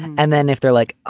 and then if they're like,